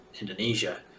Indonesia